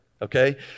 Okay